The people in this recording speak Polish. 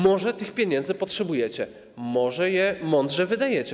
Może tych pieniędzy potrzebujecie, może je mądrze wydajecie.